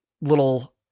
little